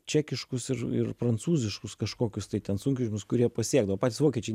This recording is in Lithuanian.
čekiškus ir ir prancūziškus kažkokius tai ten sunkvežimius kurie pasiekdavo patys vokiečiai